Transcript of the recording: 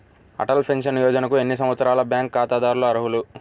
Atal pension యోజనకు ఎన్ని సంవత్సరాల బ్యాంక్ ఖాతాదారులు అర్హులు?